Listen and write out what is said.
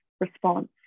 response